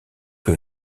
que